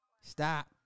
Stop